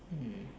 mm